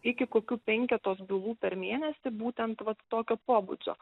iki kokių penketos bylų per mėnesį būtent vat tokio pobūdžio